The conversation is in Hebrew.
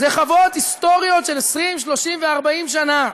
אלה חוות היסטוריות, של 20, 30 ו-40 שנה,